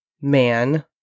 man